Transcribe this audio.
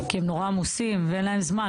כי הם נורא עמוסים ואין להם זמן.